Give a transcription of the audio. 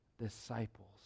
disciples